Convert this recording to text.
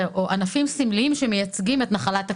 לענפים סמליים שמייצגים את נחלת הכלל.